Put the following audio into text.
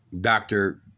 doctor